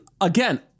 Again